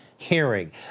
Hearing